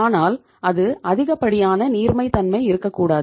ஆனால் அது அதிகப்படியான நீர்மைத்தன்மை இருக்கக்கூடாது